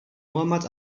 muhammad